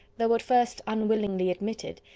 though at first unwillingly admitted,